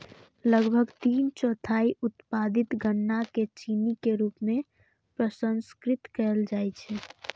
लगभग तीन चौथाई उत्पादित गन्ना कें चीनी के रूप मे प्रसंस्कृत कैल जाइ छै